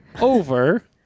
Over